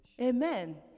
Amen